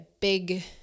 big